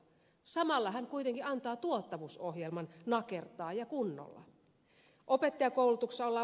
samalla hän kuitenkin antaa tuottavuusohjelman nakertaa ja kunnolla